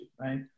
right